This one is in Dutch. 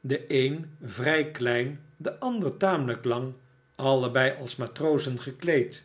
de een vrij klein de ander tamelijk lang allebei als matrozen gekleed